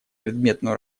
предметную